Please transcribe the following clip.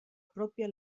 pròpia